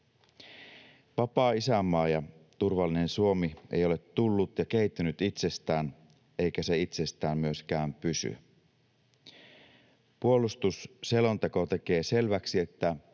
Vapaa isänmaa ja turvallinen Suomi ei ole tullut ja kehittynyt itsestään, eikä se itsestään myöskään pysy. Puolustusselonteko tekee selväksi, että